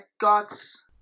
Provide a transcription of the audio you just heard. God's